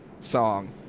song